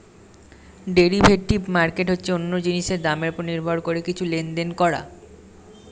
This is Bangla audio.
ডেরিভেটিভ মার্কেট হচ্ছে অন্য জিনিসের দামের উপর নির্ভর করে কিছু লেনদেন করা